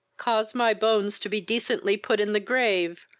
cause my bones to be decently put in the grave!